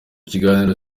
kiganiro